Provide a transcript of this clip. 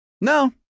no